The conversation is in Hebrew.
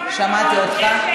שמעתי אותך.